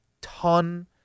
ton